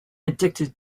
addicted